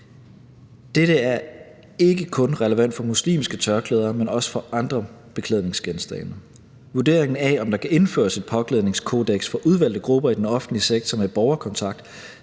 Dette er ikke kun relevant for muslimske tørklæder, men også for andre beklædningsgenstande. Vurderingen af, om der kan indføres et påklædningskodeks for udvalgte grupper i den offentlige sektor med borgerkontakt,